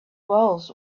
walls